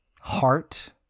heart